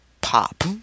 pop